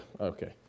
okay